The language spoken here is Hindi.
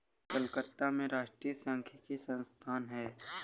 कलकत्ता में राष्ट्रीय सांख्यिकी संस्थान है